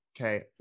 Okay